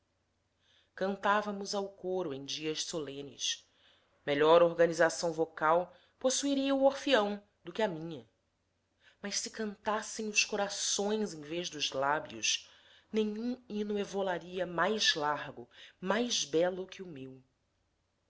cantávamos ao coro em dias solenes melhor organização vocal possuiria o orfeão do que a minha mas se cantassem os corações em vez dos lábios nenhum hino evolaria mais largo mais belo que o meu